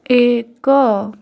ଏକ